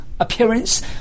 Appearance